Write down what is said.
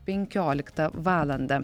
penkioliktą valandą